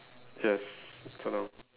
yes don't know